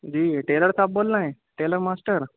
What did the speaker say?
جی tailor صاحب بول رہے ہیں ٹیلر ماسٹر